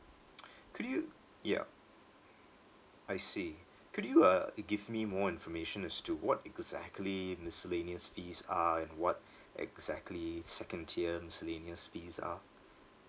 could you yup I see could you uh uh give me more information as to what exactly miscellaneous fees are and what exactly second tier miscellaneous fees are